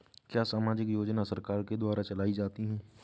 क्या सामाजिक योजना सरकार के द्वारा चलाई जाती है?